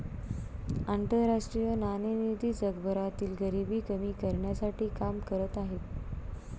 आंतरराष्ट्रीय नाणेनिधी जगभरातील गरिबी कमी करण्यासाठी काम करत आहे